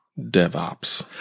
DevOps